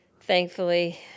thankfully